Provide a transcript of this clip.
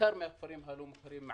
בעיקר מהכפרים הלא מוכרים.